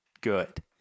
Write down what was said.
Good